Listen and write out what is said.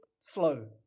slow